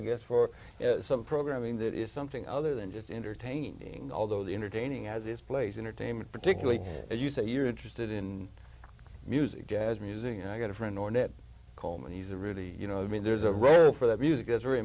i guess for some programming that is something other than just entertaining although the entertaining as this plays intertainment particularly as you say you're interested in music jazz music and i got a friend ornette coleman he's a really you know i mean there's a rare for that music is very